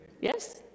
Yes